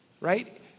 right